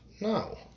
no